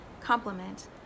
complement